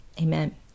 Amen